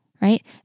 right